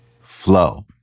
Flow